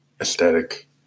aesthetic